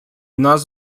нас